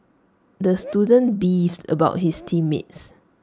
the student beefed about his team mates